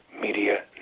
media